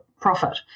profit